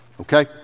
okay